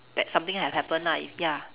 that something had happened lah ya